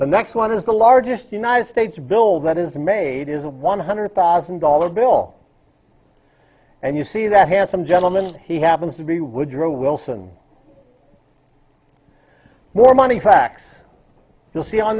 the next one is the largest united states bill that is made is a one hundred thousand dollars bill and you see that handsome gentleman he happens to be woodrow wilson more money facts you'll see on